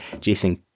Jason